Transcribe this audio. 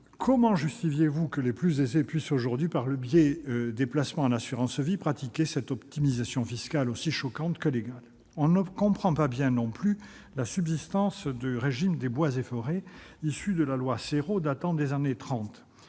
Comment justifiez-vous que les plus aisés puissent aujourd'hui, par le biais des placements en assurance vie, pratiquer une optimisation fiscale aussi choquante que légale ? On ne comprend pas bien non plus la subsistance du régime des bois et forêts issu de la loi Sérot, datant des années 1930